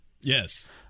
Yes